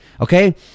Okay